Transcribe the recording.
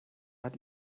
hat